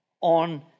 on